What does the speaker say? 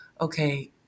okay